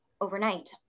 overnight